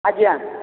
ଆଜ୍ଞା